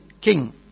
king